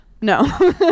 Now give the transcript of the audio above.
no